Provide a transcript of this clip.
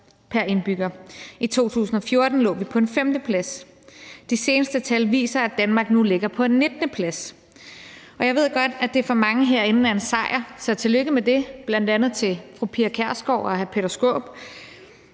pr. indbygger, og i 2014 lå vi på en femteplads. De seneste tal viser, at Danmark nu ligger på en 19. plads, og jeg ved godt, at det for mange herinde er en sejr – så tillykke med det, bl.a. til fru Pia Kjærsgaard og hr.